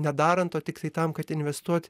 nedarant o tiktai tam kad investuoti